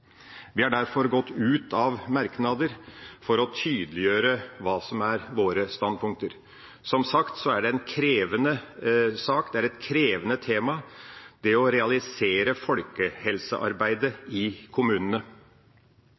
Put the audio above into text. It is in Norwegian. Vi har derfor gått ut av merknader for å tydeliggjøre hva som er våre standpunkter. Som sagt er det en krevende sak; det å realisere folkehelsearbeidet i kommunene er et krevende tema. Folkehelseloven ble som nevnt vedtatt i